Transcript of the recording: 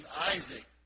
Isaac